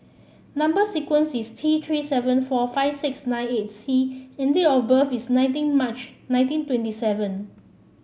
number sequence is T Three seven four five six nine eight C and date of birth is nineteen March nineteen twenty seven